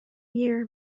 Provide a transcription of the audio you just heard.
year